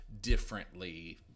differently